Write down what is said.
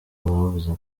bavuze